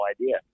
idea